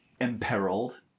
imperiled